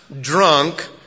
drunk